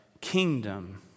kingdom